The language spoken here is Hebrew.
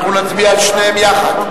נצביע על שניהם יחד.